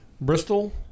Bristol